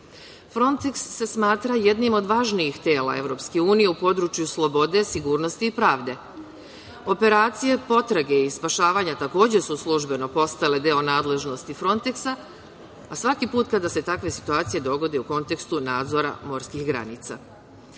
Fronteks se smatra jednim od važnijih tela EU u području slobode, sigurnosti i pravde. Operacije potrage i spašavanja takođe su službeno postale deo nadležnosti Fronteksta, a svaki put kada se takve situacije dogode u kontekstu nadzora morskih